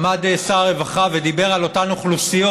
עמד שר הרווחה ודיבר על אותן אוכלוסיות